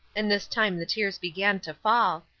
and this time the tears began to fall,